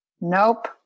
Nope